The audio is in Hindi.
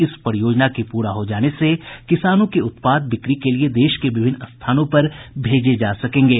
इस परियोजना के पूरा हो जाने से किसानों के उत्पाद बिक्री के लिये देश के विभिन्न स्थानों पर भेजे जा सकेंगे